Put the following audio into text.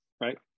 right